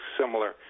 similar